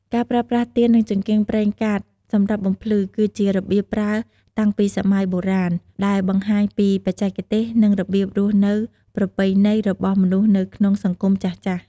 ការប្រើប្រាស់ទៀន និងចង្កៀងប្រេងកាតសម្រាប់បំភ្លឺ គឺជារបៀបប្រើតាំងពីសម័យបុរាណ ដែលបង្ហាញពីបច្ចេកទេសនិងរបៀបរស់នៅប្រពៃណីរបស់មនុស្សនៅក្នុងសង្គមចាស់ៗ។